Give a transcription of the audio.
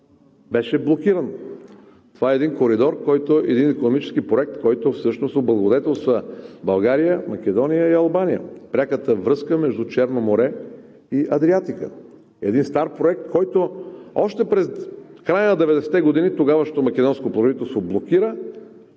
беше блокиран. Това е един икономически проект, който всъщност облагодетелства България, Македония и Албания, пряката връзка между Черно море и Адриатика. Един стар проект, който още в края на 90-те години тогавашното македонско правителство блокира